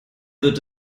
wird